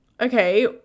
Okay